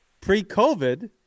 pre-COVID